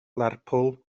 lerpwl